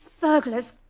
Burglars